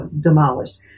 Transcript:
demolished